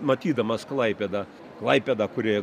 matydamas klaipėdą klaipėdą kurioje